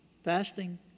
Fasting